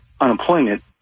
unemployment